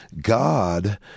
God